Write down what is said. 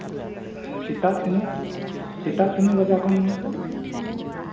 ᱥᱮᱛᱟᱜ ᱛᱤᱱᱟᱹᱜ ᱥᱮᱛᱟᱜ ᱛᱤᱱᱟᱹᱜ ᱵᱟᱡᱟᱜ ᱠᱷᱚᱱ